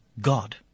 God